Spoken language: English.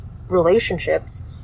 relationships